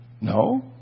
No